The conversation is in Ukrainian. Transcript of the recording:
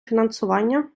фінансування